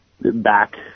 back